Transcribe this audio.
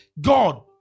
God